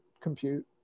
compute